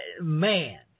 man